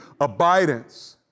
Abidance